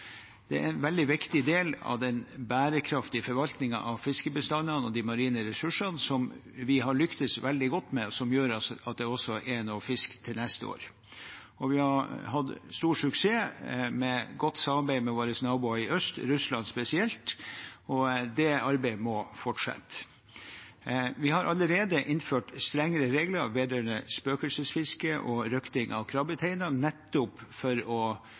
Det er en veldig viktig del av den bærekraftige forvaltningen av fiskebestandene og de marine ressursene, som vi har lyktes veldig godt med, og som gjør at det også er noe å fiske til neste år. Vi har hatt stor suksess med godt samarbeid med våre naboer i øst, Russland spesielt, og det arbeidet må fortsette. Vi har allerede innført strengere regler vedrørende spøkelsesfiske og røkting av krabbeteiner, nettopp for å